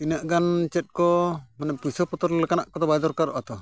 ᱛᱤᱱᱟᱹᱜ ᱜᱟᱱ ᱪᱮᱫ ᱠᱚ ᱢᱟᱱᱮ ᱯᱚᱭᱥᱟ ᱯᱚᱛᱨᱚ ᱞᱮᱠᱟᱱᱟᱜ ᱠᱚᱫᱚ ᱵᱟᱭ ᱫᱚᱨᱠᱟᱨᱚᱜᱼᱟ ᱛᱚ